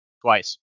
Twice